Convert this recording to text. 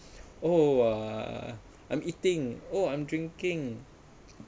oh uh I'm eating oh I'm drinking